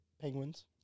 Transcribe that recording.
Penguins